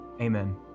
Amen